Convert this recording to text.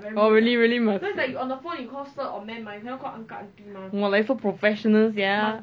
oh really really !wah! like so professional sia